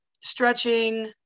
Stretching